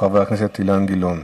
חבר הכנסת אילן גילאון.